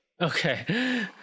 Okay